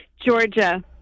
georgia